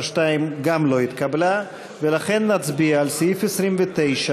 המשותפת לסעיף תקציבי 29,